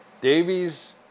Davies